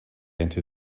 into